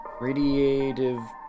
radiative